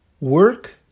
work